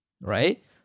right